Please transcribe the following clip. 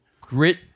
grit